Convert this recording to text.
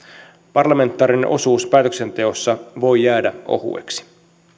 parlamentaarinen osuus päätöksenteossa voi jäädä ohueksi